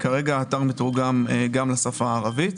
כרגע האתר תורגם גם לשפה הערבית.